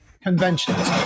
conventions